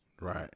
Right